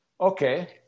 okay